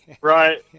Right